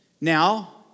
Now